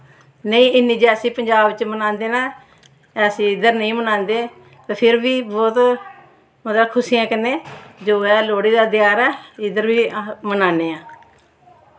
नेईं इन्नी जैसी पंजाब च मनांदे न ऐसी इद्धर नेईं मनांदे फिर बी बौह्त एह् खुशियें कन्नै जो ऐ लोह्ड़ी दा तेहार ऐ इद्धर बी अस मनान्ने आं